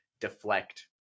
deflect